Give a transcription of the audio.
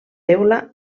teula